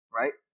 right